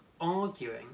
arguing